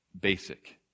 basic